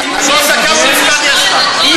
נגוסה, כמה משקל יש לך?